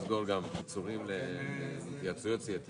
אבל כבר הצבענו, גברתי.